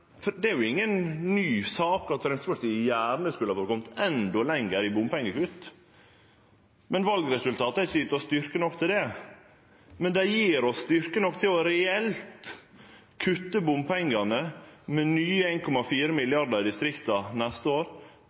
Det er inga ny sak at Framstegspartiet gjerne skulle ha kome endå lenger i bompengekutt, men valresultatet har ikkje gjeve oss styrke nok til det. Men det gjev oss styrke nok til reelt å kutte bompengane med nye 1,4 mrd. kr i distrikta neste år,